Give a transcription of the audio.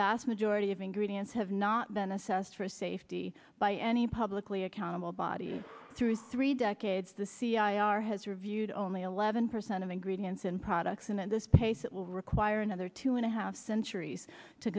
vast majority of ingredients have not been assessed for safety by any publicly accountable body through three decades the c i r has reviewed only eleven percent of ingredients and products and at this pace it will require another two and a half centuries to